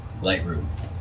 Lightroom